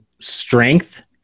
strength